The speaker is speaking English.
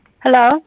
Hello